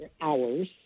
hours